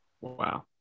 Wow